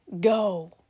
go